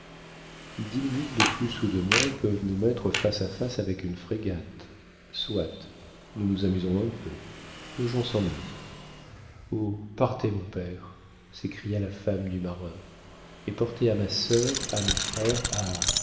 dix minutes de plus ou de moins peuvent nous mettre face à face avec une frégate soit nous nous amuserons un peu nos gens s'ennuient oh partez mon père s'écria la femme du marin et portez à ma sœur à mes frères